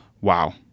wow